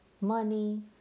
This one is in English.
money